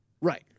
Right